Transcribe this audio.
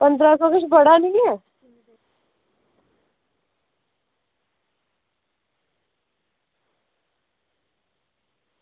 पंदरां कुछ बड़ा निं ऐ